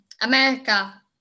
America